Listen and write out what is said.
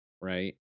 right